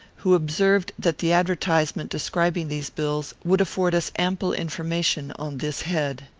who observed that the advertisement describing these bills would afford us ample information on this head.